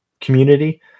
community